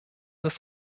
das